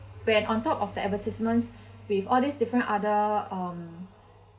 when on top of the advertisements with all these different other um